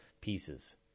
pieces